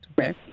Okay